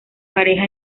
pareja